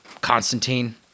Constantine